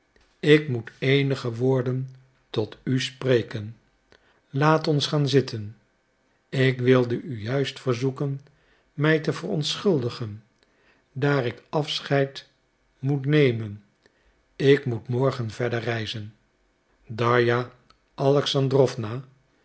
ik moet eenige woorden tot u spreken laat ons gaan zitten ik wilde u juist verzoeken mij te verontschuldigen daar ik afscheid moet nemen ik moet morgen verder reizen darja alexandrowna